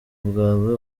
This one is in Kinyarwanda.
bwawe